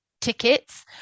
tickets